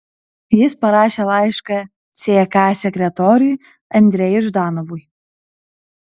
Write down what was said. jis parašė laišką ck sekretoriui andrejui ždanovui